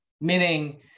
Meaning